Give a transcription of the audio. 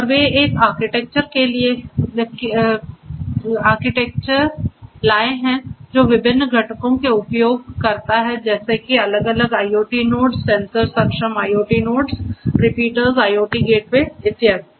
और वे एक आर्किटेक्चर के लाए हैं जो विभिन्न घटकों का उपयोग करता है जैसे कि अलग अलग IoT नोड्ससेंसर सक्षम IoT nodes repeaters IoT gateway इत्यादि